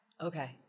Okay